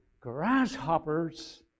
grasshoppers